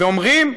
ואומרים: